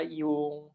yung